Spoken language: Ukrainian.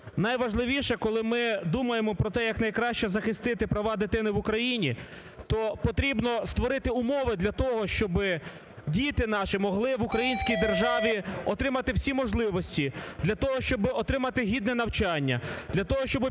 найважливіше, коли ми думаємо про те, як найкраще захистити права дитини в Україні, то потрібно створити умови для того, щоб діти наші могли в українській державі отримати всі можливості. Для того, щоб отримати гідне навчання, для того, щоб після